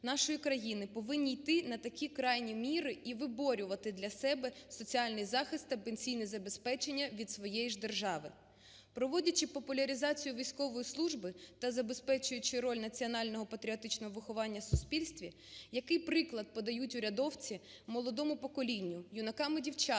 нашої країни повинні йти на такі крайні міри і виборювати для себе соціальний захист та пенсійне забезпечення від своєї ж держави? Проводячи популяризацію військової служби та забезпечуючи роль національно-патріотичного виховання в суспільстві, який приклад подають урядовці молодому поколінню, юнакам і дівчатам,